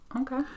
Okay